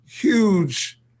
huge